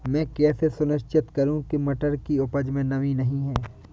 मैं कैसे सुनिश्चित करूँ की मटर की उपज में नमी नहीं है?